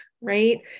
right